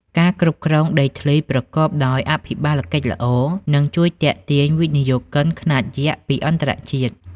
ការគ្រប់គ្រងដីធ្លីប្រកបដោយអភិបាលកិច្ចល្អ នឹងជួយទាក់ទាញវិនិយោគិនខ្នាតយក្សពីអន្តរជាតិ។